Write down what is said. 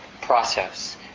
process